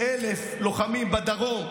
1,000 לוחמים בדרום,